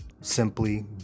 simply